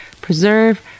preserve